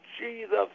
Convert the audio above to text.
Jesus